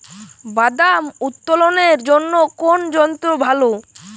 বাদাম উত্তোলনের জন্য কোন যন্ত্র ভালো?